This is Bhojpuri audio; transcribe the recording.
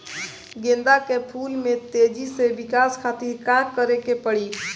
गेंदा के फूल में तेजी से विकास खातिर का करे के पड़ी?